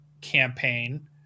campaign